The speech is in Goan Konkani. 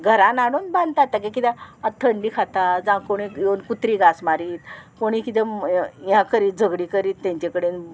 घरान हाडून बांदतात तेगे किद्याक आतां थंडी बी खाता जावं कोणी येवन कुत्री घास मारीत कोणी कितें हें करीत झगडीं करीत तेंचे कडेन